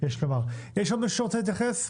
האם עוד מישהו רוצה להתייחס?